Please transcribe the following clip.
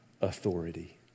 authority